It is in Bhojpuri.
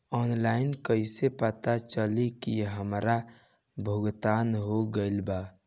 ऑनलाइन कईसे पता चली की हमार भुगतान हो गईल बा?